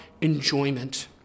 enjoyment